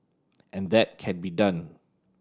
and that can be done